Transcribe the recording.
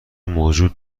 موجود